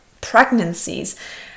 pregnancies